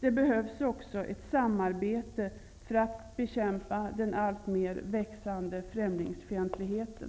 Det behövs också ett samarbete för att bekämpa den alltmer växande främlingsfientligheten.